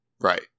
Right